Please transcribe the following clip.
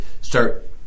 start